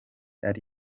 ari